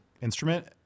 instrument